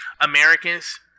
Americans